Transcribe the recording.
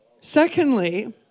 Secondly